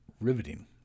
riveting